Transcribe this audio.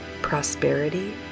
prosperity